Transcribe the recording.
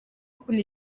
gukunda